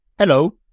Hello